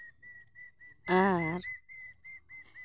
ᱟᱨ